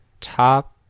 top